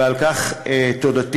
ועל כך תודתי.